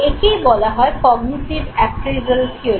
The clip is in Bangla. একেই বলা হয় কগ্নিটিভ অ্যাপ্রেইজাল থিয়োরি